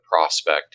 prospect